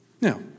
Now